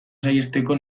saihesteko